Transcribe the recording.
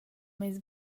meis